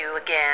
again